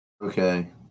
Okay